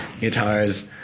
Guitars